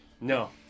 No